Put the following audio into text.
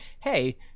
hey